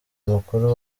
mukuru